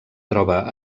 troba